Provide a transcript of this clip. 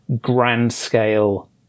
grand-scale